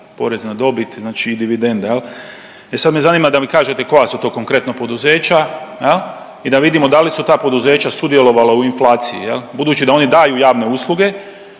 porez na dobit, znači i dividenda jel, e sad me zanima da mi kažete koja su to konkretno poduzeća jel i da vidimo da li su ta poduzeća sudjelovala u inflaciji jel, budući da oni daju javne usluge,